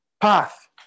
path